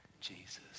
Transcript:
Jesus